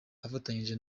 afatanyije